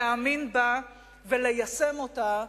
להאמין בה וליישם אותה,